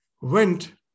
went